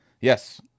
yes